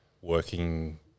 working